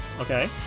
Okay